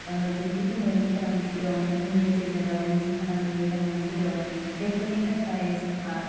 दिन्थिफैनायनि गोनांथि दं बुहुमनि गेजेराव मिथिहोनांगौनि गोनांथि दं बेफोरनि थाखाय जोंहा